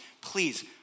Please